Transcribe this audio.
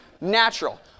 natural